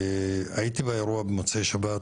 הייתי באירוע במוצאי שבת,